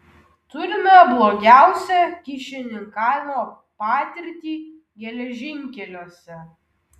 turime blogiausią kyšininkavimo patirtį geležinkeliuose